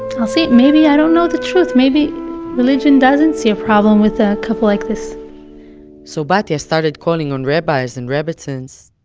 i'll see, maybe i don't know the truth, maybe religion doesn't see a problem with a couple like this so batya started calling on rabbis and rebbetzins.